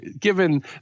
given